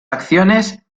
acciones